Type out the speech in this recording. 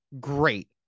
Great